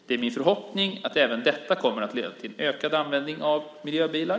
Det är min förhoppning att även detta kommer att leda till en ökad användning av miljöbilar.